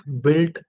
built